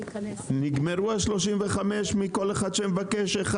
נגמרו ה-35 מכל אחד שמבקש אחד.